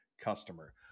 customer